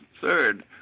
third